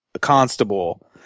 constable